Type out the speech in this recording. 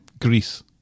Greece